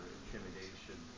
intimidation